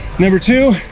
number two,